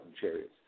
chariots